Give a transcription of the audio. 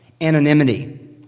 anonymity